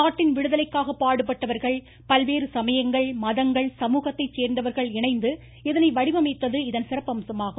நாட்டின் விடுதலைக்காக பாடுபட்டவர்கள் பல்வேறு சமயங்கள் மதங்கள் சமூகத்தை சோந்தவர்கள் இணைந்து இதனை வடிவமைத்தது இகன் சிறப்பம்சமாகும்